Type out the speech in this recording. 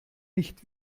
nicht